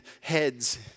heads